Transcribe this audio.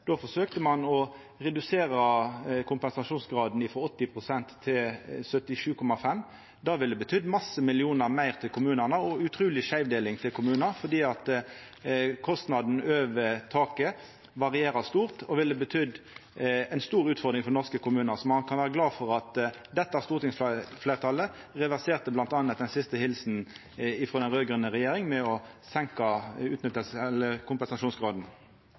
Då forsøkte ein å redusera kompensasjonsgraden frå 80 pst. til 77,5 pst. Det ville betydd mange millionar meir til kommunane og ei utruleg stor skeivdeling til kommunar, for kostnaden over taket varierer stort og ville ha vore ei stor utfordring for norske kommunar. Så ein kan vera glad for at dette stortingsfleirtalet reverserte bl.a. den siste helsinga frå den raud-grøne regjeringa med å